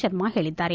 ಶರ್ಮಾ ಹೇಳಿದ್ದಾರೆ